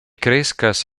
kreskas